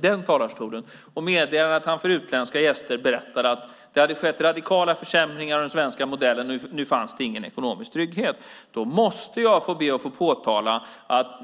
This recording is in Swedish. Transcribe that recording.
den här talarstolen, och meddelade att han för utländska gäster berättade att det skett radikala försämringar i den svenska modellen och att det nu inte fanns någon ekonomisk trygghet. Då måste jag be att få påtala hur det är.